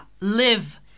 live